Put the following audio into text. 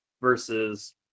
versus